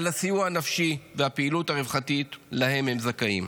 על הסיוע הנפשי והפעילות הרווחתית שלהם הם זכאים,